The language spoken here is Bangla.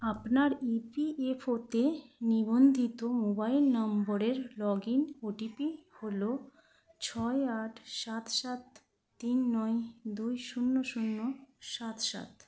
আপনার ইপিএফওতে নিবন্ধিত মোবাইল নম্বরের লগ ইন ওটিপি হলো ছয় আট সাত সাত তিন নয় দুই শূন্য শূন্য সাত সাত